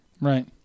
Right